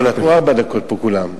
לא, נתנו ארבע דקות פה כולם.